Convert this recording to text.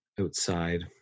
outside